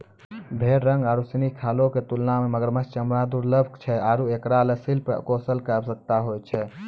भेड़ रंग आरु सिनी खालो क तुलना म मगरमच्छ चमड़ा दुर्लभ छै आरु एकरा ल शिल्प कौशल कॅ आवश्यकता होय छै